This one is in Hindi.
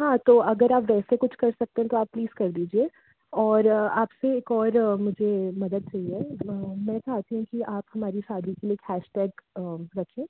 हाँ तो अगर आप वैसे कुछ कर सकते हैं तो आप प्लीज़ कर दीजिए और आपसे एक और मुझे मदद चहिए मैं चाहती हूँ कि आप हमारी शादी के लिए एक हैशटैग रखें